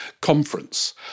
conference